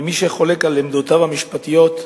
ומי שחולק על עמדותיו המשפטיות,